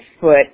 foot